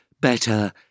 Better